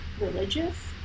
religious